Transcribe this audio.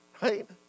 right